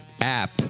app